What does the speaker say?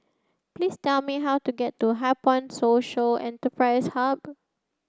please tell me how to get to HighPoint Social Enterprise Hub